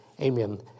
amen